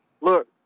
Look